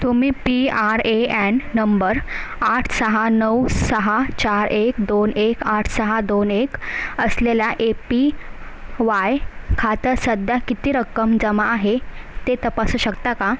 तुम्ही P R A N number आठ सहा नऊ सहा चार एक दोन एक आठ सहा दोन एक असलेल्या ए पी वाय खात्यात सध्या किती रक्कम जमा आहे ते तपासू शकता का